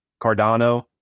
Cardano